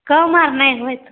कम आब नहि होयत